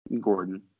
Gordon